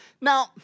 Now